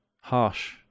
Harsh